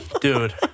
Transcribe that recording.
Dude